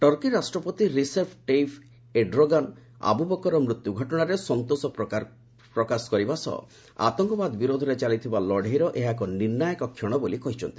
Turkey ରାଷ୍ଟ୍ରପତି Recep Tayyip Erdogan ଆବୁ ବକରର ମୃତ୍ୟୁ ଘଟଣାରେ ସନ୍ତୋଷ ପ୍ରକାଶ କରିବା ସହ ଆତଙ୍କବାଦ ବିରୋଧରେ ଚାଲିଥିବା ଲଡ଼େଇର ଏହା ଏକ ନିର୍ଣ୍ଣାୟକ କ୍ଷଣ ବୋଲି କହିଛନ୍ତି